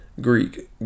Greek